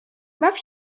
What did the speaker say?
baw